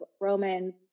Romans